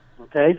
okay